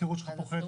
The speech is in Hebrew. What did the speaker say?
השכירות שלך פוחתת.